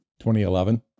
2011